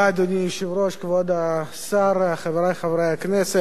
אדוני היושב-ראש, כבוד השר, חברי חברי הכנסת,